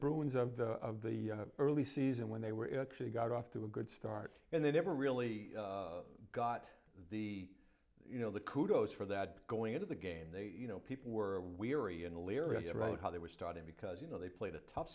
bruins of the of the early season when they were actually got off to a good start and they never really got the you know the kudos for that going into the game they you know people were weary and leery about how they were starting because you know they played a tough